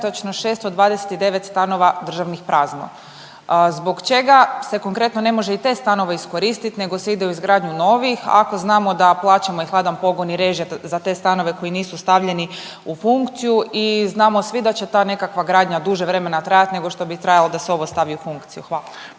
trenutačno 629 stanova državnih prazno. Zbog čega se konkretno ne može i te stanove iskoristiti nego se ide u izgradnju novih, ako znamo da plaćamo i hladan pogon i režije za te stanove koji nisu stavljeni u funkciju i znamo svi da će ta nekakva gradnja duže vremena trajati nego što bi trajalo da se ovo stavi u funkciju. Hvala.